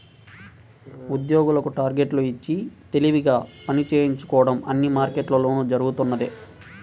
ఉద్యోగులకు టార్గెట్లు ఇచ్చి తెలివిగా పని చేయించుకోవడం అన్ని మార్కెట్లలోనూ జరుగుతున్నదే